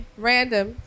random